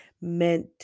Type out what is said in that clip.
meant